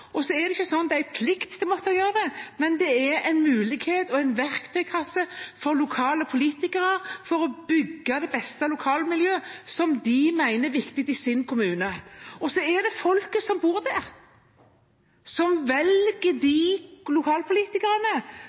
Så er det ikke slik at de har plikt til å måtte gjøre det, men for lokalpolitikere er dette en mulighet og en verktøykasse for å kunne bygge det beste lokalmiljøet på den måten de mener det er viktig, i sin kommune. Og så er det folket som bor der, som velger de lokalpolitikerne